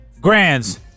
Grands